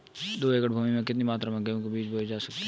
दो एकड़ भूमि में कितनी मात्रा में गेहूँ के बीज बोये जा सकते हैं?